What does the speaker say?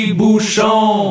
bouchon